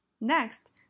Next